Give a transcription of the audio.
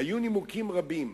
היו נימוקים רבים